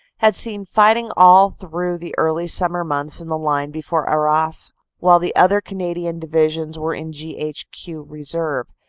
had seen fighting all through the early summer months in the line before arras while the other canadian divisions were in g h q. reserve,